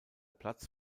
platz